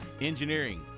engineering